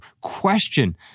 Question